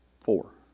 four